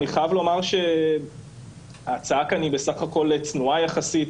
אני חייב לומר שההצעה כאן היא בסך הכל צנועה יחסית.